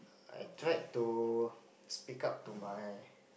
I tried to speak up to my